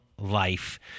life